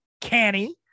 canny